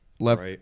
left